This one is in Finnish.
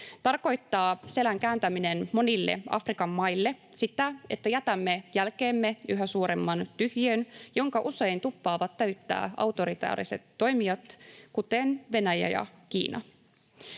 tarkoittaa monille Afrikan maille sitä, että jätämme jälkeemme yhä suuremman tyhjiön, jonka usein tuppaavat täyttämään autoritaariset toimijat, kuten Venäjä ja Kiina.